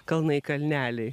kalnai kalneliai